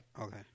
Okay